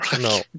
No